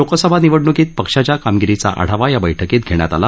लोकसभा निवडण्कीत पक्षाच्या कामगिरीचा आढावा या बैठकीत घेण्यात आला